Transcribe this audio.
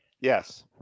Yes